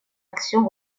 action